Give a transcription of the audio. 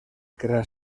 crear